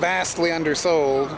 vastly under so